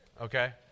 okay